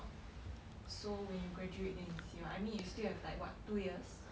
so when you graduate then you see what I mean you still have like what two years